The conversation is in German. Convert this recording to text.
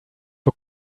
für